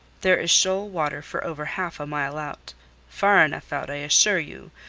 there is shoal water for over half a mile out far enough out, i assure you,